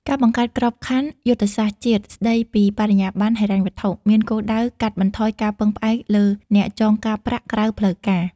ការបង្កើត "ក្របខ័ណ្ឌយុទ្ធសាស្ត្រជាតិស្ដីពីបរិយាបន្នហិរញ្ញវត្ថុ" មានគោលដៅកាត់បន្ថយការពឹងផ្អែកលើអ្នកចងការប្រាក់ក្រៅផ្លូវការ។